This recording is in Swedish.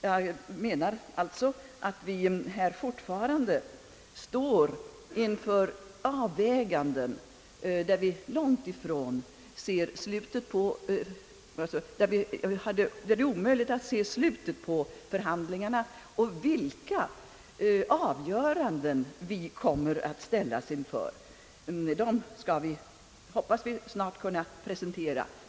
Sammanfattningsvis vill jag än en gång framhålla att vi fortfarande står inför avväganden, där det är omöjligt att se slutet på förhandlingarna och vilka avgöranden vi kommer att ställas inför.